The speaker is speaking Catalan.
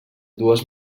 dues